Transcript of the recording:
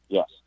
Yes